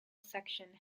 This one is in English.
section